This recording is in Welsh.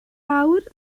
awr